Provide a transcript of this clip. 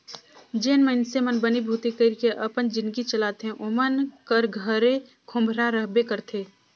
जेन मइनसे मन बनी भूती कइर के अपन जिनगी चलाथे ओमन कर घरे खोम्हरा रहबे करथे